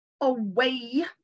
away